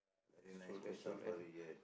very nice place safari yes